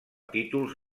títols